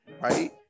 right